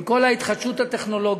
עם כל ההתחדשות הטכנולוגית,